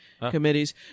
committees